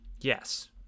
Yes